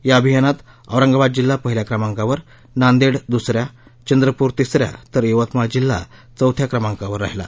या अभियानात औरंगाबाद जिल्हा पहिल्या क्रमांकावर नांदेड दुस या चंद्रपूर तिस या तर यवतमाळ जिल्हा चौथ्या क्रमांकावर राहिला